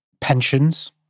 pensions